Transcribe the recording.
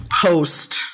post